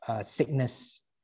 sickness